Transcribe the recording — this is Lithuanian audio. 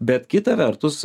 bet kita vertus